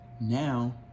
now